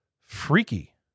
freaky